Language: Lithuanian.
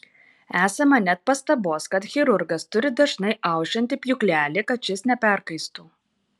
esama net pastabos kad chirurgas turi dažnai aušinti pjūklelį kad šis neperkaistų